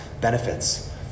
benefits